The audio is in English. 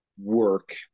work